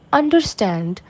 understand